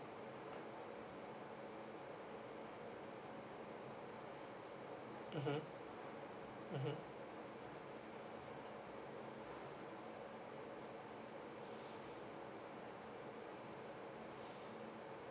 mmhmm mmhmm